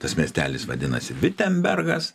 tas miestelis vadinasi vitembergas